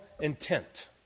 intent